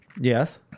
Yes